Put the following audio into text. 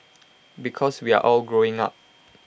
because we're all growing up